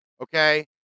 okay